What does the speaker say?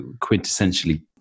quintessentially